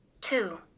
two